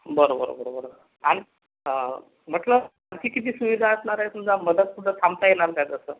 बरं बरं बरं बरं आणि म्हटलं किती किती सुविधा असणार आहेत मध्येच कुठं थांबता येणार का तसं